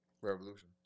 Revolution